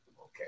Okay